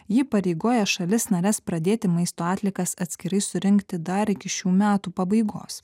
ji pareigoja šalis nares pradėti maisto atliekas atskirai surinkti dar iki šių metų pabaigos